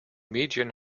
medien